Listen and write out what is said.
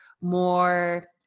more